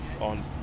on